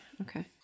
Okay